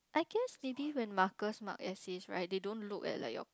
because maybe when markers mark essays right they don't look at like your